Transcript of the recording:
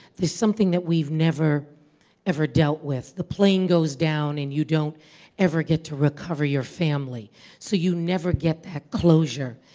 there's something that we've never ever dealt with. the plane goes down and you don't ever get to recover your family so you never get that closure.